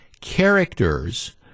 characters